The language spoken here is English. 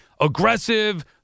aggressive